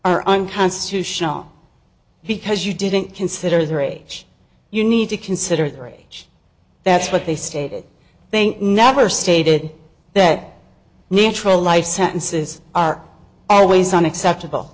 are unconstitutional because you didn't consider their age you need to consider their age that's what they stated think never stated that natural life sentences are always on acceptable